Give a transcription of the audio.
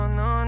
no